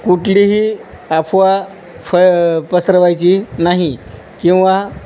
कुठलीही अफवा फ पसरवायची नाही किंवा